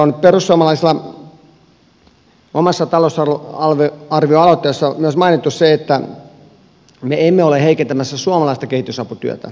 meidän perussuomalaisten omassa talousarvioaloitteessa on mainittu myös se että me emme ole heikentämässä suomalaista kehitysaputyötä